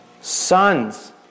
Sons